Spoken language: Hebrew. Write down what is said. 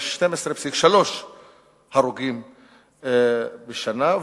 יש 12.3 הרוגים בשנה,